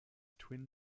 twin